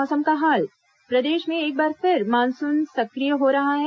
मौसम प्रदेश में एक बार फिर मानसून सक्रिय हो रहा है